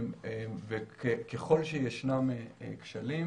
ככל שישנם כשלים,